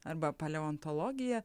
arba paleontologija